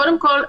קודם כל,